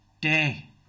day